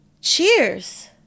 Cheers